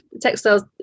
textiles